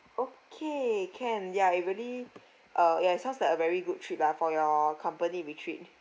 okay can ya it really uh ya it sounds like a very good trip lah for your company retreat